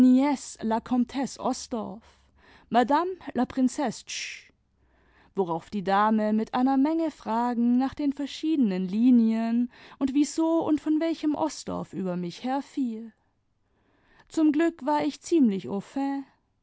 osdorff madame la princesse tch worauf die dame mit einer menge fragen nach den verschiedenen linien und wieso und von welchem osdorff über mich herfiel zum glück war ich ziemlich